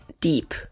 deep